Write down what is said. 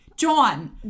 John